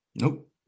Nope